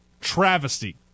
travesty